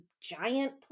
giant